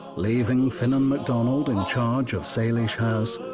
leaving finan mcdonald in charge of saleesh house,